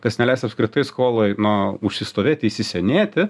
kas neleis apskritai skolai na užsistovėti įsisenėti